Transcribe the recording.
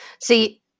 See